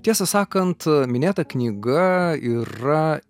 tiesą sakant minėta knyga yra